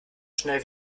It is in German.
schnell